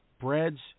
breads